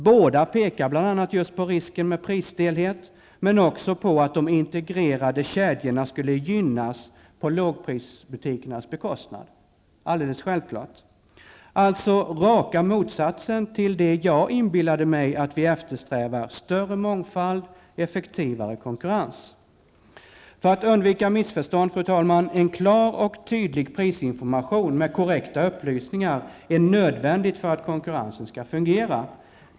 Båda pekar bl.a. just på risken för prisstelhet men också på att de integrerade kedjorna skulle gynnas på lågprisbutikernas bekostnad. Det är alldeles självklart. Det är alltså raka motsatsen till det jag inbillade mig att vi eftersträvar: större mångfald, effektivare konkurrens. Fru talman! För att undvika missförstånd: en klar och tydlig prisinformation med korrekta upplysningar är nödvändig för att konkurrensen skall fungera.